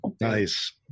Nice